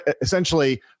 essentially